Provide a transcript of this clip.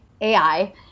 AI